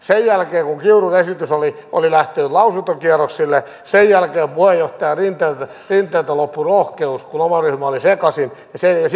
sen jälkeen kun kiurun esitys oli lähtenyt lausuntokierroksille puheenjohtaja rinteeltä loppui rohkeus kun oma ryhmä oli sekaisin ja silloinkaan tätä asiaa ei saatu aikaiseksi